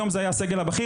היום זה היה הסגל הבכיר,